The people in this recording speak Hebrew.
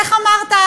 איך אמרת?